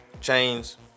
chains